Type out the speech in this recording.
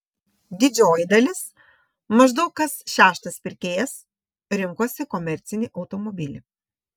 didžioji dalis maždaug kas šeštas pirkėjas rinkosi komercinį automobilį